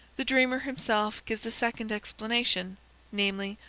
the dreamer himself gives a second explanation namely,